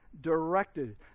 directed